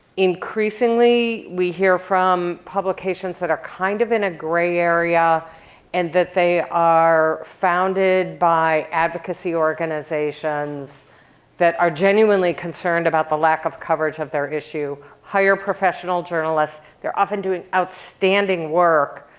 increasingly, we hear from publications that are kind of in a gray area in and that they are founded by advocacy organizations that are genuinely concerned about the lack of coverage of their issue, hire professional journalists. they're often doing outstanding work,